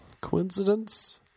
coincidence